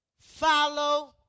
Follow